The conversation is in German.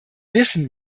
wissen